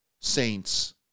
saints